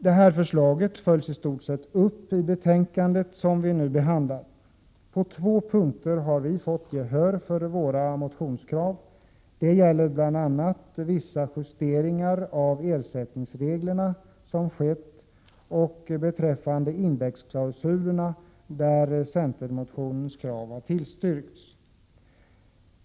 Det här förslaget följs i stort upp i betänkandet som vi nu behandlar. På två punkter har vi fått gehör för våra motionskrav. Det gäller bl.a. vissa justeringar av ersättningsreglerna och beträffande indexklausulerna, där centermotionens krav har tillstyrkts.